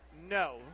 no